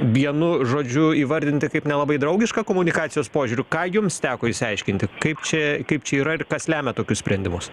vienu žodžiu įvardinti kaip nelabai draugišką komunikacijos požiūriu ką jums teko išsiaiškinti kaip čia kaip čia yra ir kas lemia tokius sprendimus